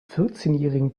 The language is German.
vierzehnjährigen